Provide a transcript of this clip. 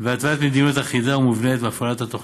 והתוויית מדיניות אחידה ומובנית להפעלת התוכנית.